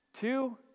two